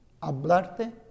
hablarte